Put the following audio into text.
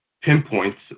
pinpoints